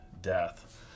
death